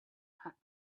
hat